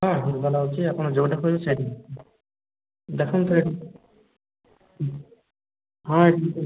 ହଁ ଭଲ ହେଉଛି ଆପଣ ଯେଉଁଟା କହିବେ ସେଇଟା ନେବେ ଦେଖନ୍ତୁ ଏଠି ହଁ